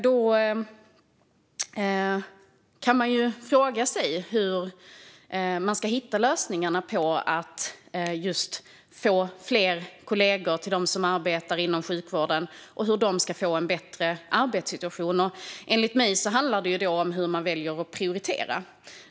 Då kan man fråga sig hur man ska få fler kollegor till dem som arbetar inom sjukvården och hur de ska få en bättre arbetssituation. Enligt mig handlar det om hur man väljer att prioritera.